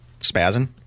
spazzing